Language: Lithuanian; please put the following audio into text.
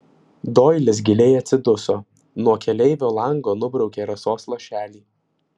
doilis giliai atsiduso nuo keleivio lango nubraukė rasos lašelį